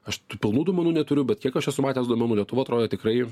aš tų pilnų duomenų neturiu bet kiek aš esu matęs domenų lietuva atrodo tikrai